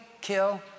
kill